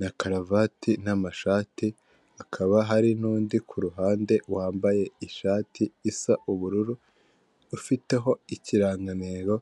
na karuvati n'amashati, hakaba hari n'undi ku ruhande wambaye ishati isa ubururu, ufiteho ikirangantego